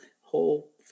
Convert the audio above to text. whole